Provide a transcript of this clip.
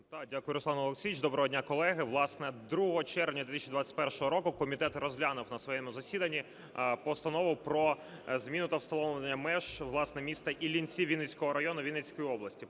Дякую, Руслан Олексійович. Доброго дня, колеги! Власне, 2 червня 2021 року комітет розглянув на своєму засіданні Постанову про зміну та встановлення меж, власне, міста Іллінці Вінницького району Вінницької області.